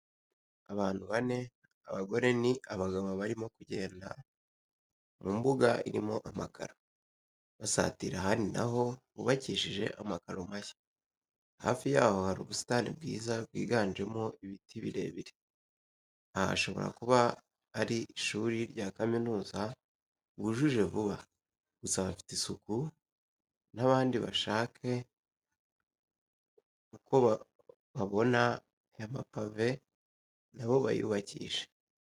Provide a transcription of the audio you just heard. Abantu bane abagore ni abagabo barimo kugenda mu mbuga irimo amakaro, basatira ahandi na ho hubakishije amakaro mashya, hafi yayo hari ubusitani bwiza bwiganjemo ibiti birebire, aha hashobora kuba ari ishuri rya kaminuza bujuje vuba, gusa hafite isuku, n'abandi bashake ukobabona aya mapave na bo bayubakishe.